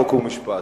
חוק ומשפט.